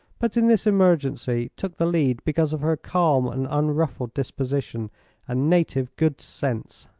but in this emergency took the lead because of her calm and unruffled disposition and native good sense.